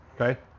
Okay